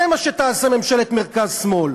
זה מה שתעשה ממשלת מרכז-שמאל.